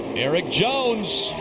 erik jones